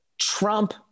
Trump